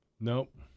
Nope